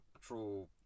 true